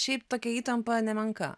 šiaip tokia įtampa nemenka